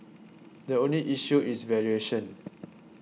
the only issue is valuation